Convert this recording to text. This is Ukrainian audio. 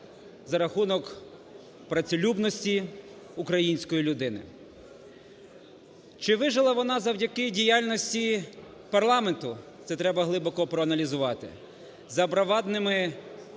за рахунок працелюбності української людини. Чи вижила вона завдяки діяльності парламенту? Це треба глибоко проаналізувати, забравадними